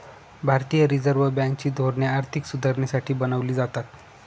भारतीय reserve bank ची धोरणे आर्थिक सुधारणेसाठी बनवली जातात